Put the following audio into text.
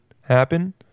happen